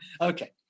Okay